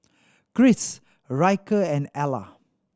Kris Ryker and Ala